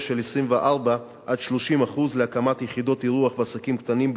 של 24% 30% להקמת יחידות אירוח ועסקים קטנים בתיירות,